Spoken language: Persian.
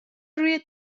روی